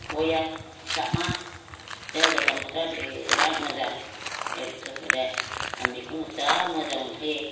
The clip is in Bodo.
बया साबमा बे गोजां बोथोरा बिराद मोजां एखेबारे आं बेखौनो जा मोजां मोनखायो